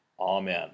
Amen